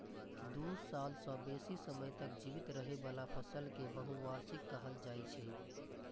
दू साल सं बेसी समय तक जीवित रहै बला फसल कें बहुवार्षिक कहल जाइ छै